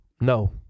No